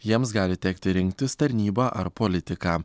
jiems gali tekti rinktis tarnybą ar politiką